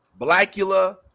Blackula